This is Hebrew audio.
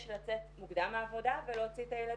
לצאת מוקדם מהעבודה ולהוציא את הילדים.